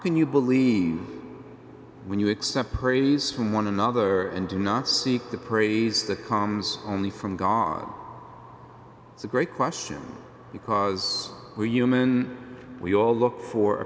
can you believe when you accept praise from one another and do not seek the praise the comes only from god it's a great question because we're human we all look for